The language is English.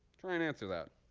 try and answer that.